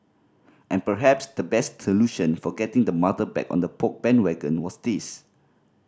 and perhaps the best solution for getting the mother back on the Poke bandwagon was this